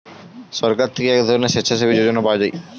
সরকার থেকে এক ধরনের স্বেচ্ছাসেবী যোজনা পাওয়া যায়